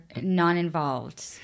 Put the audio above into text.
non-involved